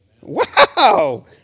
Wow